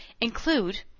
include